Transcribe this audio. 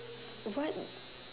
what